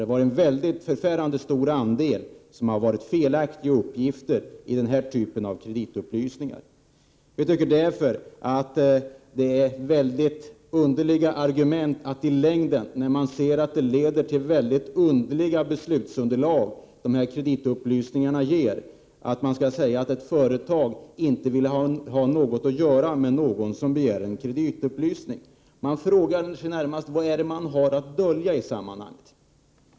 Det har varit en förfärande stor andel felaktiga uppgifter iden typen av kreditupplysningar. När man ser att de här kreditupplysningarna ger mycket underliga beslutsunderlag tycker jag att det i längden är ett underligt argument att säga att det finns företag som inte vill ha någonting att göra med någon som begär en kreditupplysning. Jag frågar mig närmast: Vad är det de har att dölja i sammanhanget?